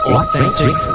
Authentic